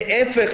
להפך,